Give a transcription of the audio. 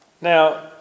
Now